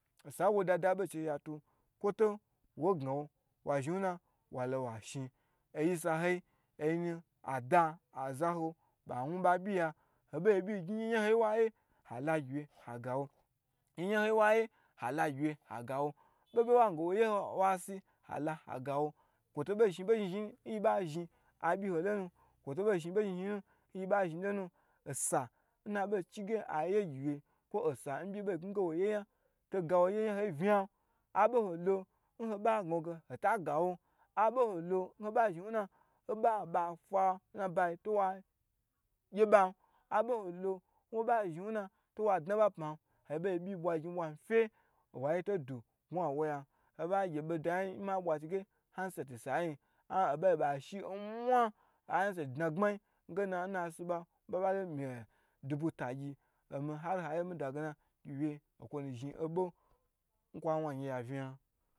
Kwo to gnawon walo wa zhni, oyinu zhin ya zhin ada ho ba wu ba byi ya, obagye obyi gni nya ho nyaho yi n wa ye hala ha gawo be ho beho yi nwa gna ge wo ye wasi hala hagawo, kwo to bo zhin obo zhin zhin yi nu nyi ba zhin lonu osa nna bei ci nge aye gyiwy to ga won nya ho nya ho yi vna yan, abo ho lo n ho ba dage hota gowa aboho lo nho ba ba fa nnaba yi to wa gye ban boho lo nho ba zhin to wa dna ba pma n, hoba gye byi gni woto to aye awo yan, ho ba gye budayi n ma bwa chige anset dnagbmayi ngena nnasiba n babai lo miliyon dubu tagye omi ar n hayiyu nkwonu zhin obo